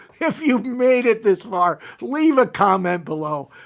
if you've made it this far, leave a comment below.